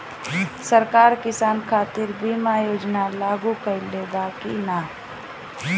सरकार किसान खातिर बीमा योजना लागू कईले बा की ना?